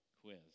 quiz